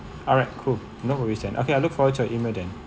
alright cool no worries then okay I look forward to your email then